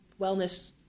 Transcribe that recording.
wellness